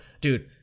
dude